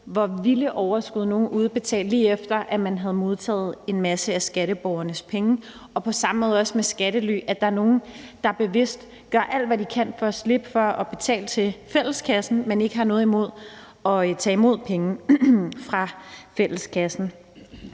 hvor vilde overskud nogle udbetalte, lige efter man havde modtaget en masse af skatteborgernes penge. På samme måde er det også med skattely, nemlig at der er nogle, der bevidst gør alt, hvad de kan, for at slippe for at betale til fælleskassen, men ikke har noget imod at tage imod penge fra fælleskassen.